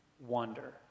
wonder